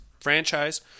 Franchise